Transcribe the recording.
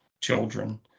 children